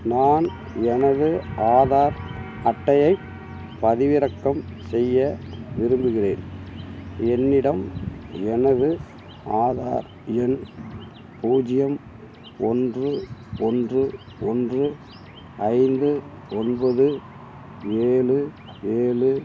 நான் எனது ஆதார் அட்டையைப் பதிவிறக்கம் செய்ய விரும்புகிறேன் என்னிடம் எனது ஆதார் எண் பூஜ்ஜியம் ஒன்று ஒன்று ஒன்று ஐந்து ஒன்பது ஏழு ஏழு